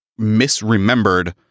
misremembered